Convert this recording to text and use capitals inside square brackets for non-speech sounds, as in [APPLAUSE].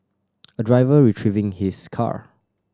[NOISE] a driver retrieving his car